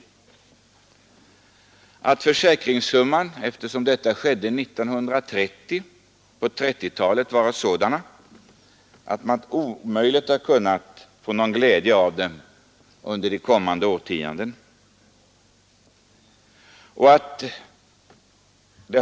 Detta skedde 1930, och försäkringssummorna var då sådana att han inte hade någon glädje av dem under kommande årtionden.